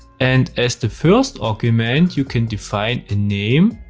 and as the first argument, you can define a name,